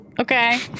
okay